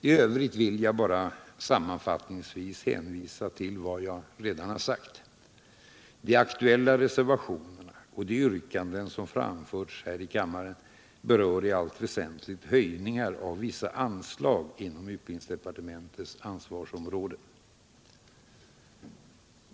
I övrigt vill jag bara sammanfattningsvis hänvisa till vad jag redan sagt. De aktuella reservationerna och de yrkanden som framförts här i kammaren berör i allt väsentligt höjningar av vissa anslag inom ubildningsdepartementets ansvarsområde.